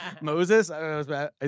Moses